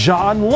John